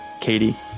Katie